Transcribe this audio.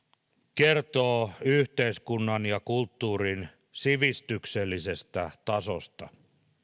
kertoo yhteiskunnan ja kulttuurin sivistyksellisestä tasosta